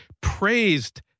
praised